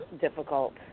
difficult